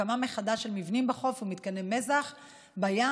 הקמה מחדש של מבנים בחוף ומתקני מזח בים,